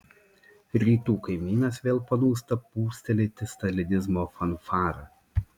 rytų kaimynas vėl panūsta pūstelėti stalinizmo fanfarą